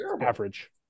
average